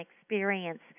experience